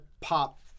pop